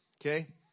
okay